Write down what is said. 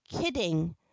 kidding